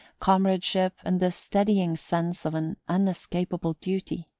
comradeship, and the steadying sense of an unescapable duty.